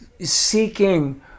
seeking